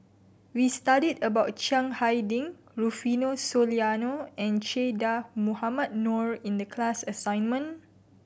we studied about Chiang Hai Ding Rufino Soliano and Che Dah Mohamed Noor in the class assignment